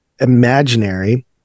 imaginary